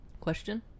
Question